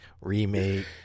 remake